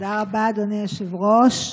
תודה רבה, אדוני היושב-ראש.